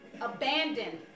abandoned